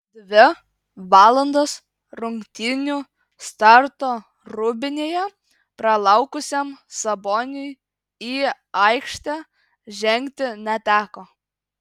dvi valandas rungtynių starto rūbinėje pralaukusiam saboniui į aikštę žengti neteko